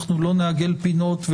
לא נעגל פינות,